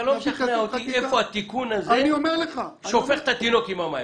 אתה לא מסביר לי איפה התיקון הזה שופך את התינוק עם המים?